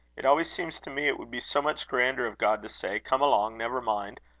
it always seems to me it would be so much grander of god to say come along, never mind.